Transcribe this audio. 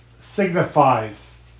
signifies